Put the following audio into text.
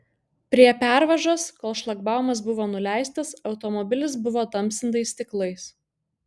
prie pervažos kol šlagbaumas buvo nuleistas automobilis buvo tamsintais stiklais